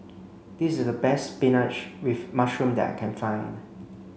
this is the best spinach with mushroom that I can find